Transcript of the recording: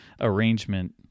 arrangement